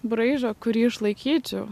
braižo kurį išlaikyčiau